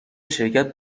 شرکت